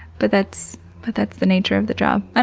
but that's but that's the nature of the job. i